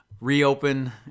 reopen